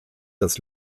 das